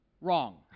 Wrong